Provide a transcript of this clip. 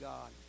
God